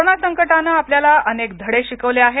corona संकटानं आपल्याला अनेक धडे शिकवले आहेत